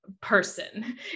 person